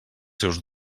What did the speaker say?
seus